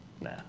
Nah